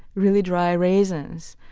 really dry raisins.